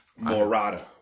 Morada